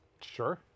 Sure